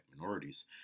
minorities